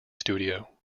studio